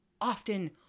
often